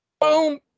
Boom